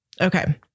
Okay